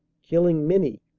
killing many,